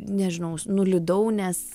nežinau nuliūdau nes